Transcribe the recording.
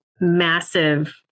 massive